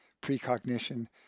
precognition